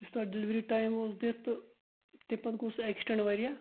یُس تَتھ delivery time اوس دِتھ تہٕ تمہِ پَتہٕ گوٚو سُہ ایٚکسٹینٛڈ واریاہ